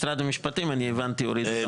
משרד המשפטים, הבנתי, הוא זה שלא הסכים.